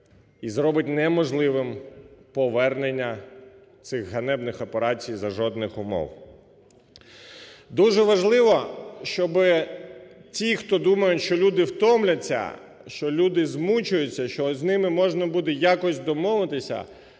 і зробить неможливим повернення цих ганебних операцій за жодних умов. Дуже важливо, щоби ті, хто думають, що люди втомляться, що люди змучаться, що з ними можна буде якось домовитися,